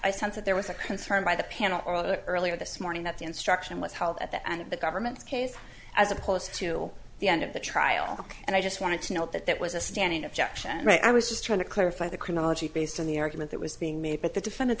sense that there was a concern by the piano or other earlier this morning that the instruction was held at the end of the government's case as opposed to the end of the trial and i just wanted to note that that was a standing objection i was just trying to clarify the chronology based on the argument that was being made but the defendant